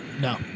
no